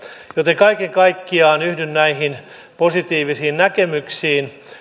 joten kaiken kaikkiaan yhdyn näihin positiivisiin näkemyksiin